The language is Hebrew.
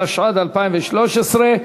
התשע"ד 2013,